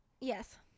Yes